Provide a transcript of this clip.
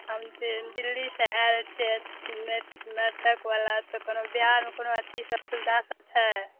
हम दिल्लीसँ आयल छियै नाटकवला तऽ कोनो बिहार मे कोनो अथीसभ सुविधासभ छै